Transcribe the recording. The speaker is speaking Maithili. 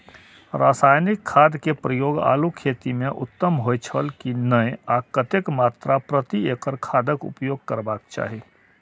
रासायनिक खाद के प्रयोग आलू खेती में उत्तम होय छल की नेय आ कतेक मात्रा प्रति एकड़ खादक उपयोग करबाक चाहि?